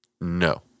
No